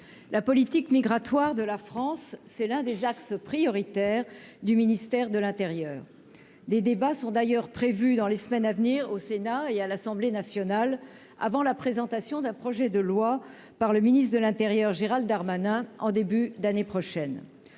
la politique migratoire de la France, c'est l'un des axes prioritaires du ministère de l'Intérieur, des débats sont d'ailleurs prévues dans les semaines à venir au Sénat et à l'Assemblée nationale avant la présentation d'un projet de loi par le ministre de l'Intérieur, Gérald Darmanin en début d'année prochaine,